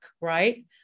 Right